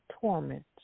torment